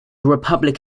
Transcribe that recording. republic